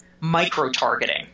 micro-targeting